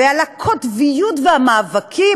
ועל הקוטביות והמאבקים,